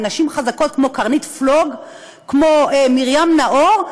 נשים חזקות כמו קרנית פלוג וכמו מרים נאור,